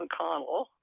McConnell